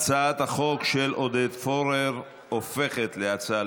הצעת החוק של עודד פורר הופכת להצעה